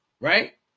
right